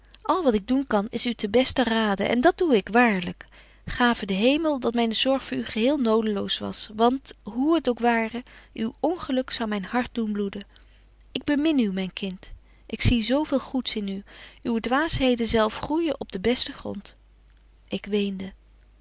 al wat ik doen kan is u ten besten raden en dat doe ik waarlyk gave de hemel dat myne zorg voor u geheel nodeloos was want hoe het ook ware uw ongeluk zou myn hart doen bloeden ik bemin u myn kind ik zie zo veel goeds in u uwe dwaasheden zelf groeijen op den besten grond ik